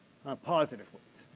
positive weight.